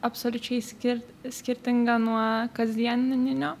absoliučiai skirt skirtinga nuo kasdienininio